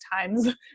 times